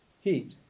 Heat